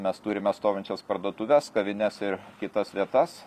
mes turime stovinčias parduotuves kavines ir kitas vietas